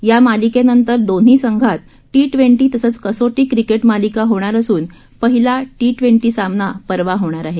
या मालिकेनंतर दोन्ही संघात टी ट्वेंटी तसंच कसोटी क्रिकेट मालिका होणार असून पहिला टी ट्वेंटी सामना परवा होणार आहे